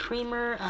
Creamer